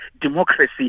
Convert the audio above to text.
democracy